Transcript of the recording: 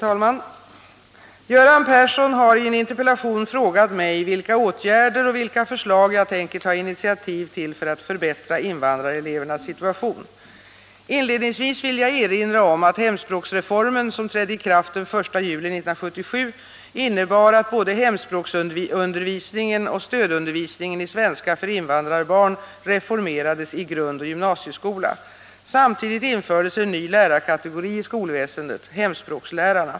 Herr talman! Göran Persson har i en interpellation frågat mig vilka åtgärder och vilka förslag jag tänker ta intiativ till för att förbättra invandrarelevernas situation. Inledningsvis vill jag erinra om att hemspråksreformen, som trädde i kraft den 1 juli 1977, innebar att både hemspråksundervisningen och stödundervisningen i svenska för invandrarbarn reformerades i grundoch gymnasieskola. Samtidigt infördes en ny lärarkategori i skolväsendet, hemspråkslärarna.